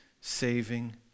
saving